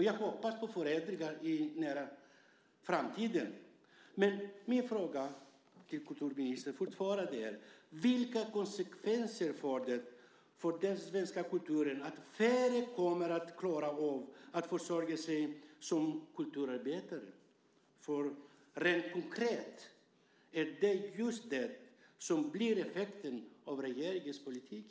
Jag hoppas på förändringar i en nära framtid. Min fråga till kulturministern är fortfarande: Vilka konsekvenser får det för den svenska kulturen att färre kommer att klara av att försörja sig som kulturarbetare? Rent konkret är det just det som blir effekten av regeringens politik.